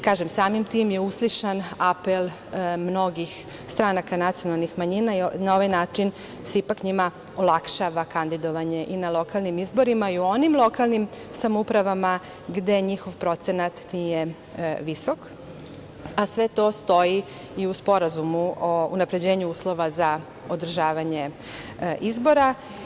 Kažem, samim tim je uslišen apel mnogih stranaka nacionalnih manjina i na ovaj način se ipak njima olakšava kandidovanje i na lokalnim izborima i u onim lokalnim samoupravama gde njihov procenat nije visok, a sve to stoji i u Sporazumu o unapređenju uslova za održavanje izbora.